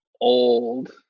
old